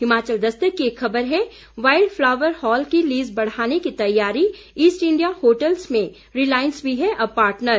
हिमाचल दस्तक की एक खबर है वाईल्ड फ्लावर हॉल की लीज बढ़ाने की तैयारी ईस्ट इंडिया होटलल्स में रिलायंस भी है अब पार्टनर